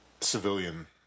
civilian